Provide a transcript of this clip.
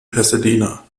pasadena